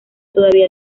todavía